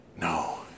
No